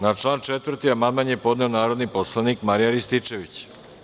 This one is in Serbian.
Na član 4. amandman je podneo narodni poslanik Marijan Rističević.